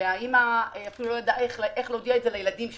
והאימא אפילו לא ידעה איך להודיע על כך לילדים שלה.